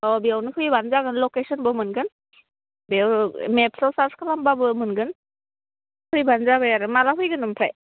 अ बेयावनो फैबानो जागोन लकेसनबो मोनगोन बेयाव मेप्सआव सार्स खालामबाबो मोनगोन फैबानो जाबाय आरो माब्ला फैगोन ओमफ्राय